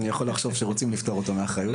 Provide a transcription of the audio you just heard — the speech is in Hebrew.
אני יכול לחשוב שרוצים לפטור אותו מהאחריות.